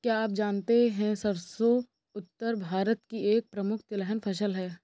क्या आप जानते है सरसों उत्तर भारत की एक प्रमुख तिलहन फसल है?